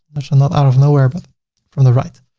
and not out of nowhere, but from the right.